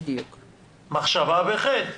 מחשבה בחטא.